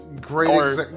great